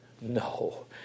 No